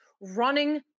running